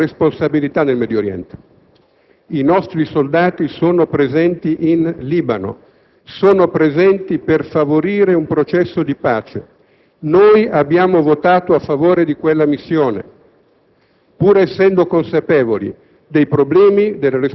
L'Italia è un Paese che ha oggi una particolare responsabilità nel Medio Oriente. I nostri soldati sono presenti in Libano per favorire un processo di pace. Noi abbiamo votato a favore di quella missione